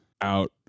out